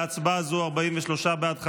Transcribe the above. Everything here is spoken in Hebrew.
בהצבעה זו 43 בעד,